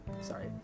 sorry